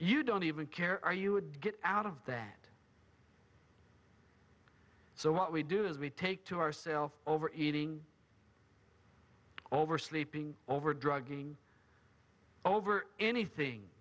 you don't even care or you would get out of that so what we do is we take to ourself overeating oversleeping over drugging over anything